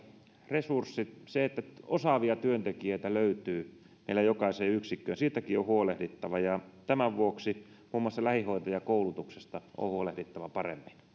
resurssit se että osaavia työntekijöitä löytyy meillä jokaiseen yksikköön siitäkin on huolehdittava ja tämän vuoksi muun muassa lähihoitajakoulutuksesta on huolehdittava paremmin